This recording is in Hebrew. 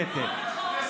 קטי.